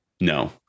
No